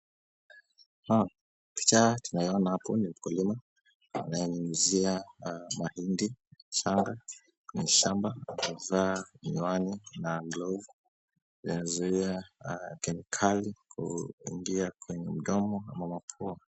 Picha tunayoona hapo ni mkulima anayenyunyizia mahindi kwenye shamba. Amevaa miwani na glovu. Zinazuia kemikali kuingia kwenye mdomo ama mapua.